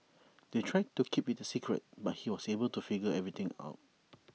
they tried to keep IT A secret but he was able to figure everything out